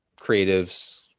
creatives